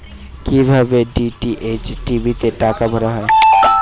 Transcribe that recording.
কি ভাবে DTH TV তে টাকা ভরা হয়?